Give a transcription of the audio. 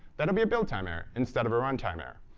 that'll be a build time error instead of a runtime error.